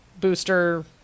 booster